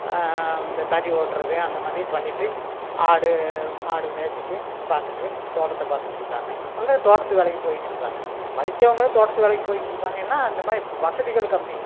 இந்த தறி ஓட்டுறது அந்த மாதிரி பண்ணிகிட்டு ஆடு மாடு மேய்ச்சிட்டு பார்த்துட்டு தோட்டத்தை பார்த்துட்ருக்காங்க அந்த தோட்டத்து வேலைக்கு போயிட்டுருக்காங்க படிச்சவங்களும் தோட்டத்து வேலைக்கு போயிக்கிட்டுருக்காங்க ஏன்னா அந்த மாதிரி வசதிகள் கம்மி